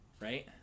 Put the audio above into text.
right